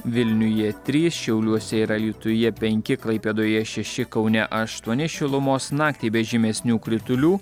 vilniuje trys šiauliuose ir alytuje penki klaipėdoje šeši kaune aštuoni šilumos naktį be žymesnių kritulių